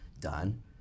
done